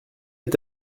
est